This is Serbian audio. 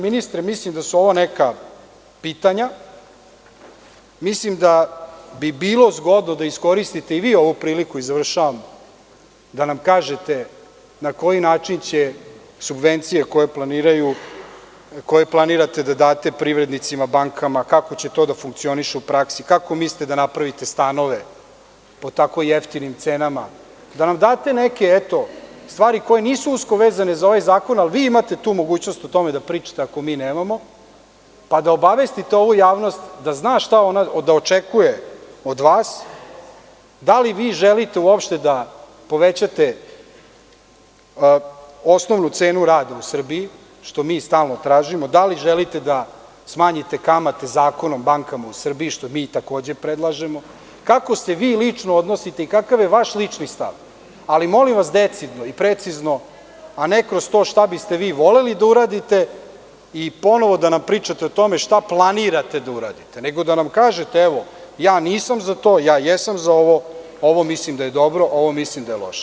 Ministre, mislim dabi bilo zgodno da iskoristite i vi ovu priliku da nam kažete na koji način će subvencije koje planirate da date privrednicima, bankama, kako će to da funkcioniše u praksi, kako mislite da napravite stanove po tako jeftinim cenama, da nam date neke, eto, stvari koje nisu usko vezane za ovaj zakon, ali vi imate tu mogućnost da o tome da pričate ako mi nemamo, pa da obavestite ovu javnost da zna šta ona da očekuje od vas - da li vi želite uopšte da povećate osnovnu cenu rada u Srbiji, što mi stalno tražimo, da li želite da smanjite kamate zakonom o bankama u Srbiji, što mi takođe predlažemo, kako se vi lično odnosite i kakav je vaš lični stav, ali molim vas decidno i precizno, a ne kroz to šta biste vi voleli da uradite i ponovo da nam pričate šta planirate da uradite, nego da nam kažete - ja nisam za to, ja jesam za ovo, ovo mislim da je dobro i ovo mislim da je loše.